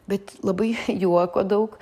bet labai juoko daug